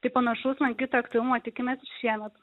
tai panašaus lankytojų aktyvumo tikimės ir šiemet